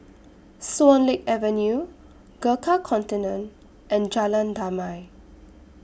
Swan Lake Avenue Gurkha Contingent and Jalan Damai